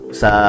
sa